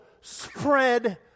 spread